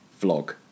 vlog